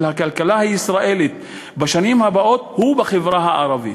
הכלכלה הישראלית בשנים הבאות הוא בחברה הערבית.